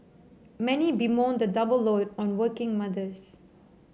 many bemoan the double load on working mothers